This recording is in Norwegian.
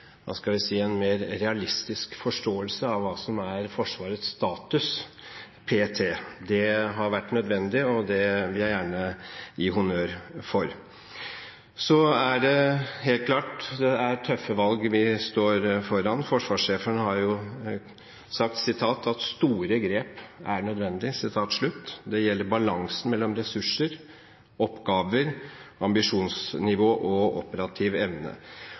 en mer realistisk forståelse av hva som er Forsvarets status p.t. Det har vært nødvendig, og det vil jeg gjerne gi honnør for. Det er helt klart tøffe valg vi står foran. Forsvarssjefen har jo sagt at store grep er nødvendig. Det gjelder balansen mellom ressurser, oppgaver, ambisjonsnivå og operativ evne.